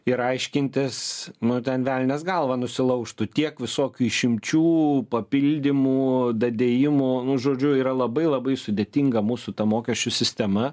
ir aiškintis nu ten velnias galvą nusilaužtų tiek visokių išimčių papildymų dadėjimų nu žodžiu yra labai labai sudėtinga mūsų ta mokesčių sistema